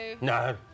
no